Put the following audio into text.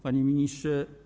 Panie Ministrze!